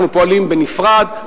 אנחנו פועלים בנפרד,